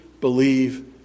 believe